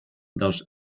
dels